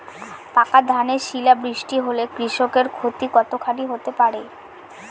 পাকা ধানে শিলা বৃষ্টি হলে কৃষকের ক্ষতি কতখানি হতে পারে?